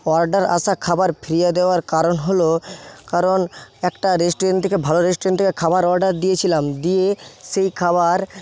order আসা খাবার ফিরিয়ে দেওয়ার কারণ হলো কারণ একটা রেস্টুরেন্ট থেকে ভালো রেস্টুরেন্ট থেকে খাবার অর্ডার দিয়েছিলাম দিয়ে সেই খাবার